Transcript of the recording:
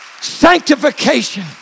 Sanctification